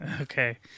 Okay